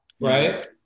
right